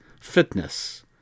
fitness